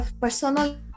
personal